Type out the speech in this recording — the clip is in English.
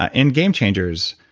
ah in game changers,